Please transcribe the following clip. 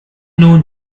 known